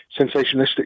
sensationalistic